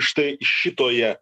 štai šitoje